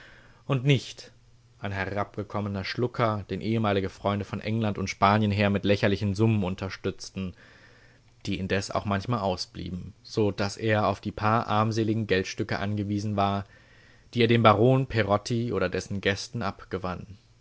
und nicht ein herabgekommener schlucker den ehemalige freunde von england und spanien her mit lächerlichen summen unterstützten die indes auch manchmal ausblieben so daß er auf die paar armseligen geldstücke angewiesen war die er dem baron perotti oder dessen gästen abgewann